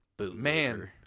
Man